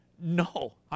no